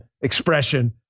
expression